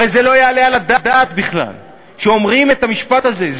הרי זה לא יעלה על הדעת בכלל שאומרים את המשפט הזה,